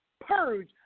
purge